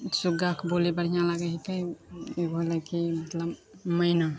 सुग्गाके बोली बढ़िआँ लागै हिकै एगो होलै मतलब कि मैना